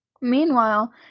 Meanwhile